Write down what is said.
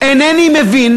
אינני מבין